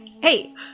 Hey